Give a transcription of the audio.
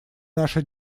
наша